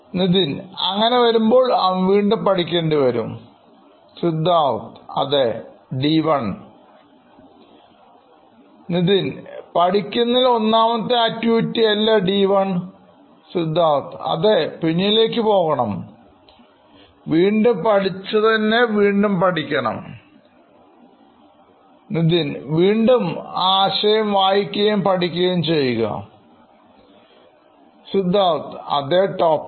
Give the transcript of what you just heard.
Nithin അങ്ങനെ വരുമ്പോൾ അവൻ വീണ്ടും പഠിക്കേണ്ടി വരും Siddharth ഡി വൺ Nithin പഠിക്കുന്നതിൽ ഒന്നാമത്തെ ആക്ടിവിറ്റിഅല്ലേ ഡി വൺ Siddharth പിന്നിലേക്ക് പോവുക Nithin വീണ്ടും ആ ആശയം വായിക്കുകയും പഠിക്കുകയും ചെയ്യുക Siddharth അതേ ടോപ്പിക്ക്